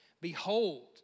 Behold